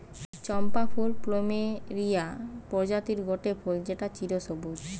চম্পা ফুল প্লুমেরিয়া প্রজাতির গটে ফুল যেটা চিরসবুজ